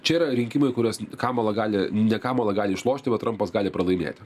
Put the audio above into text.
čia yra rinkimai kuriuos kamala gali ne kamala gali išlošti o trampas gali pralaimėti